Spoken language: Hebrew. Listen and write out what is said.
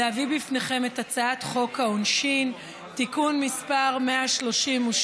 להביא בפניכם את הצעת חוק העונשין (תיקון מס' 132),